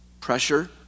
pressure